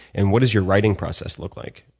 and what does your writing process look like?